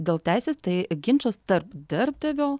dėl teisės tai ginčas tarp darbdavio